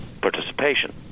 participation